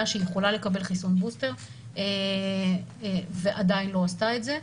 שיכולה לקבל חיסון בוסטר ועדיין לא עושה את זה.